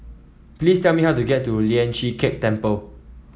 please tell me how to get to Lian Chee Kek Temple